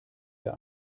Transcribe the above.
der